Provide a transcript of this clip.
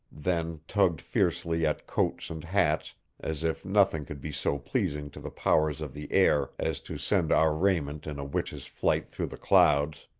then tugged fiercely at coats and hats as if nothing could be so pleasing to the powers of the air as to send our raiment in a witch's flight through the clouds.